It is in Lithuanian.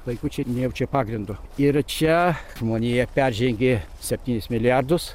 vaikučiai nejaučia pagrindo ir čia žmonija peržengė septynis milijardus